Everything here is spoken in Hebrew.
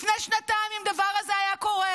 לפני שנתיים, אם הדבר הזה היה קורה,